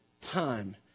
time